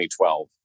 2012